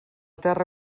terra